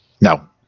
No